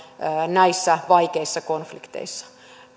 näissä vaikeissa konflikteissa